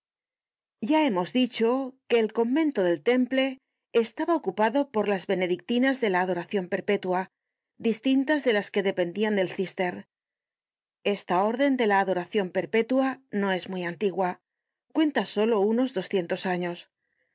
ya hemos dicho que el convento del temple estaba ocupado por las benedictinas de la adoracion perpetua distintas de las que dependian del cister esta órden de la adoracion perpetua no es muy antigua cuenta solo unos doscientos años en